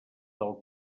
del